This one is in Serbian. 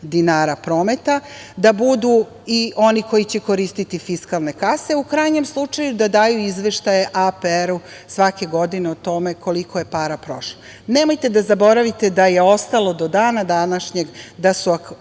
dinara prometa, da budu i oni koji će koristiti fiskalne kase. U krajnjem slučaju, da daju izveštaju APR-u svake godine o tome koliko je para prošlo. Nemojte da zaboravite da je ostalo do dana današnjeg da su advokati